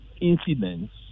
incidents